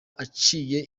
aciye